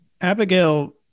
Abigail